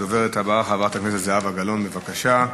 הדוברת הבאה, חברת הכנסת זהבה גלאון, בבקשה.